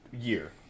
year